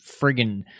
friggin